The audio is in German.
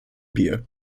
bier